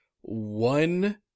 One